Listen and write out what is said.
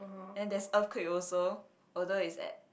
and there's earthquake also although it's at